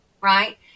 right